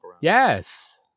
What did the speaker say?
Yes